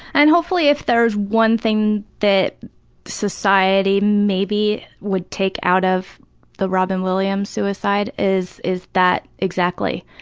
and hopefully if there's one thing that society maybe would take out of the robin williams' suicide is is that exactly.